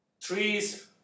Trees